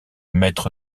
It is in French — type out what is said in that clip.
maître